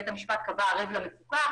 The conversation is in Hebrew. בית המשפט קבע ערב למפוקח,